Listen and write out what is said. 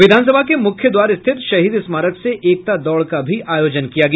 विधानसभा के मुख्य द्वार स्थित शहीद स्मारक से एकता दौड़ का भी आयोजन किया गया